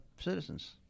citizens